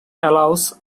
allows